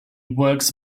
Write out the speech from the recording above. works